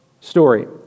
story